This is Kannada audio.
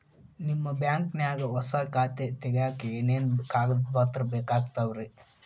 ನಿಮ್ಮ ಬ್ಯಾಂಕ್ ನ್ಯಾಗ್ ಹೊಸಾ ಖಾತೆ ತಗ್ಯಾಕ್ ಏನೇನು ಕಾಗದ ಪತ್ರ ಬೇಕಾಗ್ತಾವ್ರಿ?